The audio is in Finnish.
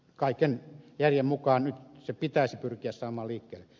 kaiken järjen mukaan se nyt pitäisi pyrkiä saamaan liikkeelle